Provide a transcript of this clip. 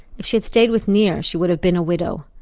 if she had stayed with nir, she would have been a widow.